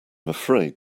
afraid